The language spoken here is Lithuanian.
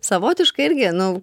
savotiškai irgi nu